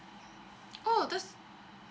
oh this